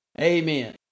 Amen